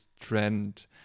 trend